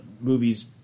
movies